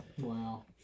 Wow